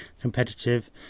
competitive